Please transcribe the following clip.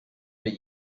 but